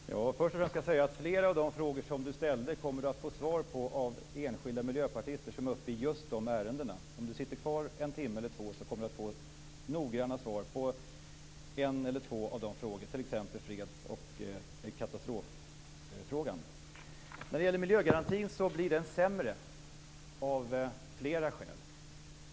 Fru talman! Först vill jag säga att Holger Gustafsson kommer att få svar på flera av de frågor han ställde av enskilda miljöpartister som går upp i just de ämnena. Om Holger Gustafsson sitter kvar en eller två timmar kommer han att få noggranna svar på en eller två av frågorna, t.ex. om freds och katastrofinsatser. När det gäller miljögarantin blir den sämre, av flera skäl.